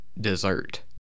dessert